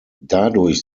dadurch